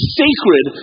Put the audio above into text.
sacred